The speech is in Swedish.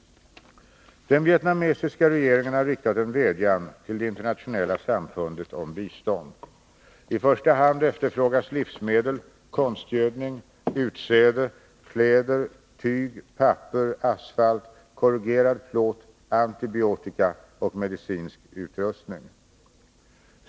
Den vietnamesiska regeringen har riktat en vädjan till det internationella samfundet om bistånd. I första hand efterfrågas livsmedel, konstgödning, utsäde, kläder, tyg, papper, asfalt, korrugerad plåt, antibiotika och medicinsk utrustning.